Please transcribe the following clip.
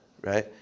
right